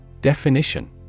Definition